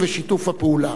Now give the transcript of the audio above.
בכל התחומים,